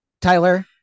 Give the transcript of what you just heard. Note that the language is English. Tyler